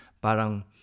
parang